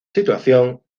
situación